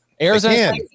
Arizona